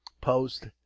post